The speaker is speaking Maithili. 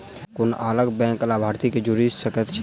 कोना अलग बैंकक लाभार्थी केँ जोड़ी सकैत छी?